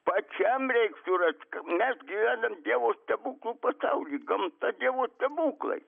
pačiam reik surast mes gyvenam dievo stebuklų pasauly gamta dievo stebuklai